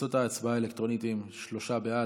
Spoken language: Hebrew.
תוצאות ההצבעה האלקטרונית הן שלושה בעד,